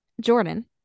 Jordan